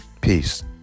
Peace